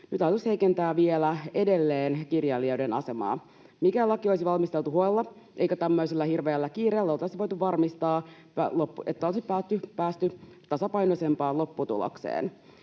Nyt hallitus heikentää vielä edelleen kirjailijoiden asemaa. Mikäli laki olisi valmisteltu huolella eikä tämmöisellä hirveällä kiireellä, oltaisiin voitu varmistaa, että olisi päästy tasapainoisempaan lopputulokseen.